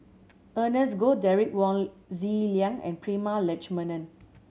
Ernest Goh Derek Wong Zi Liang and Prema Letchumanan